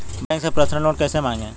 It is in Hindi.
बैंक से पर्सनल लोन कैसे मांगें?